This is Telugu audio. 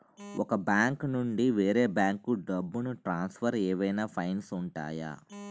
ఒక బ్యాంకు నుండి వేరే బ్యాంకుకు డబ్బును ట్రాన్సఫర్ ఏవైనా ఫైన్స్ ఉంటాయా?